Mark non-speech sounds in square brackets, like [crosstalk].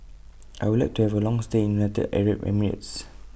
[noise] I Would like to Have A Long stay in United Arab Emirates